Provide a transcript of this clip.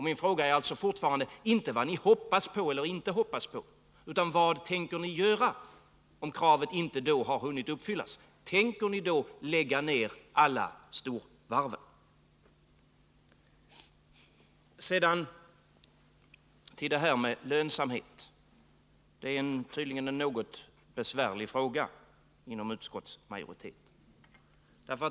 Min fråga är alltså fortfarande inte vad ni hoppas på eller inte hoppas på, utan vad ni tänker göra, om kravet då inte har hunnit uppfyllas. Tänker ni då lägga ner alla storvarven? Sedan till frågan om lönsamheten, som tydligen är en besvärlig fråga för utskottsmajoriteten.